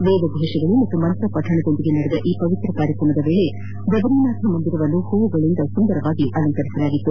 ವೇದಘೋಷಗಳು ಮತ್ತು ಮಂತ್ರಪಕಣದೊಂದಿಗೆ ನಡೆದ ಈ ಪವಿತ್ರ ಕಾರ್ಯಕ್ರಮದ ವೇಳೆ ಬದರೀನಾಥ ಮಂದಿರವನ್ನು ಹೂವುಗಳಿಂದ ಸುಂದರವಾಗಿ ಅಲಂಕರಿಸಲಾಗಿತ್ತು